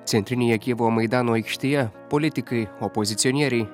centrinėje kijevo maidano aikštėje politikai opozicionieriai